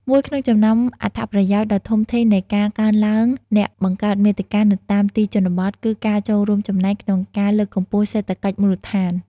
មួយក្នុងចំណោមអត្ថប្រយោជន៍ដ៏ធំធេងនៃការកើនឡើងអ្នកបង្កើតមាតិកានៅតាមទីជនបទ គឺការចូលរួមចំណែកក្នុងការ លើកកម្ពស់សេដ្ឋកិច្ចមូលដ្ឋាន។